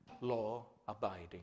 law-abiding